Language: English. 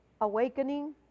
awakening